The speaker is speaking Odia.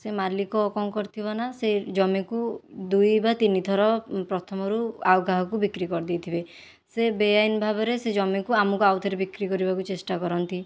ସେ ମାଲିକ କ'ଣ କରିଥିବ ନା ସେ ଜମିକୁ ଦୁଇ ବା ତିନିଥର ପ୍ରଥମରୁ ଆଉ କାହାକୁ ବିକ୍ରି କରିଦେଇଥିବେ ସେ ବେଆଇନ ଭାବରେ ସେ ଜମିକୁ ଆମକୁ ଆଉ ଥରେ ବିକ୍ରି କରିବାକୁ ଚେଷ୍ଟା କରନ୍ତି